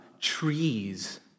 trees